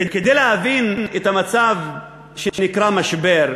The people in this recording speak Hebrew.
כדי להבין את המצב שנקרא משבר,